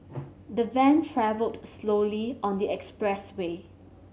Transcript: the van travelled slowly on the expressway